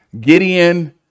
gideon